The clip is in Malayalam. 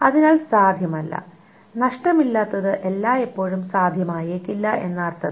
അതിനാൽ സാധ്യമല്ല നഷ്ടമില്ലാത്തത് എല്ലായ്പ്പോഴും സാധ്യമായേക്കില്ല എന്ന അർത്ഥത്തിൽ